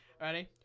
Ready